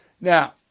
Now